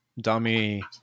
Dummy